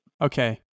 Okay